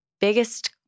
biggest